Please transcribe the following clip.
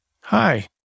Hi